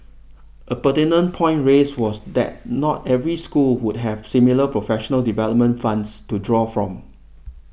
a pertinent point raised was that not every school would have similar professional development fund to draw from